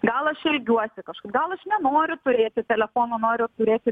gal aš elgiuosi kažkaip gal aš nenoriu turėti telefono noriu turėti